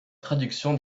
traduction